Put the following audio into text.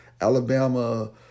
Alabama